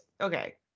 Okay